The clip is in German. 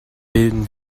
bilden